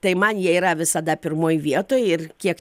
tai man jie yra visada pirmoj vietoj ir kiek